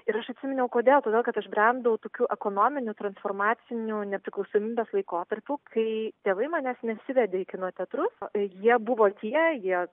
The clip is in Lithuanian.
ir aš atsiminiau kodėl todėl kad aš brendau tokiu ekonominiu transformaciniu nepriklausomybės laikotarpiu kai tėvai manęs nesivedė į kino teatrus jie buvo tie jie